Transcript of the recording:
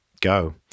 go